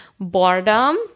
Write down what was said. boredom